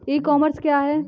ई commerce क्या है?